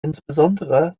insbesondere